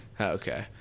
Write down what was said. Okay